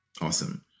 Awesome